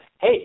Hey